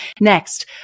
Next